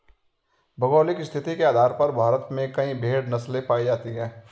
भौगोलिक स्थिति के आधार पर भारत में कई भेड़ नस्लें पाई जाती हैं